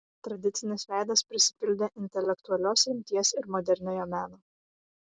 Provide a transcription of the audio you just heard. tradicinis veidas prisipildė intelektualios rimties ir moderniojo meno